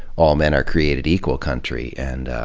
all men are created equal country? and